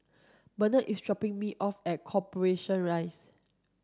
Barnett is dropping me off at Corporation Rise